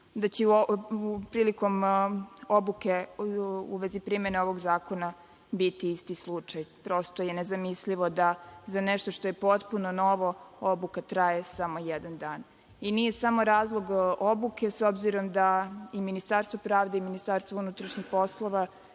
da će i u vezi primene ovog zakona biti isti slučaj. Prosto je nezamislivo da za nešto što je potpuno novo obuka traje samo jedan dan. Nije samo razlog obuke, s obzirom da Ministarstvo pravde i Ministarstvo unutrašnjih poslova